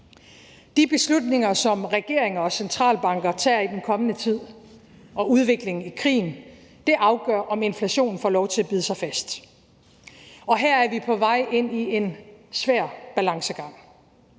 De beslutninger, som regeringer og centralbanker tager i den kommende tid, og udviklingen i krigen afgør, om inflationen får lov til at bide sig fast, og her er vi på vej ind i en svær balancegang.